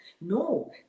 no